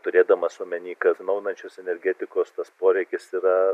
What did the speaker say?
turėdamas omeny kad atsinaujinančios energetikos tas poreikis yra